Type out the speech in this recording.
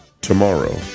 tomorrow